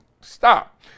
Stop